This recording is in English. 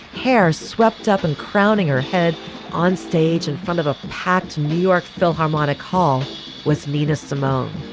hair swept up and crowning her head onstage in front of a packed new york philharmonic hall was nina simone.